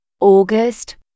August